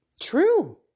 true